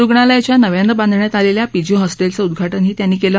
रुग्णालयाच्या नव्यानं बांधण्यात आलख्वि पीजी हॉस्ट्सिबं उद्घाटनही त्यांनी कले